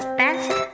best